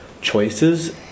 choices